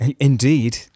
Indeed